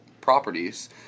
properties